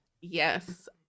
yes